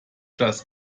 das